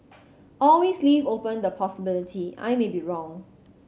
always leave open the possibility I may be wrong